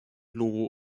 logo